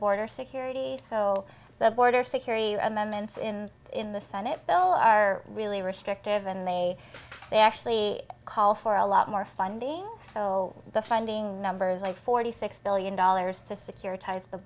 border security so the border security amendments in in the senate bill are really restrictive and they they actually call for a lot more funding so the funding numbers like forty six billion dollars to secur